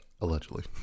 Allegedly